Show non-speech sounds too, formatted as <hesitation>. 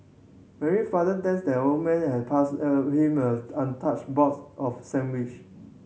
Mary father thanks the old man and passed <hesitation> him a untouched box of sandwich